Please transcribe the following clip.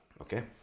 Okay